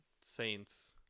Saints